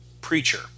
Preacher